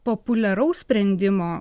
populiaraus sprendimo